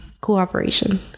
cooperation